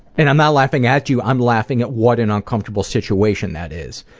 and i'm not laughing at you, i'm laughing at what an uncomfortable situation that is.